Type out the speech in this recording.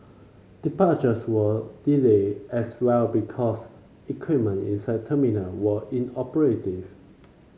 departures were delayed as well because equipment inside terminal were inoperative